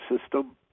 system